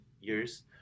years